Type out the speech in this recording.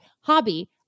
hobby